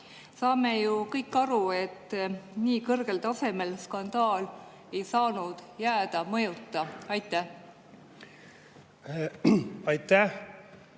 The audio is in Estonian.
Saame ju kõik aru, et nii kõrgel tasemel skandaal ei saanud jääda mõjuta. Aitäh,